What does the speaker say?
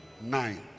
Nine